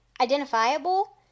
identifiable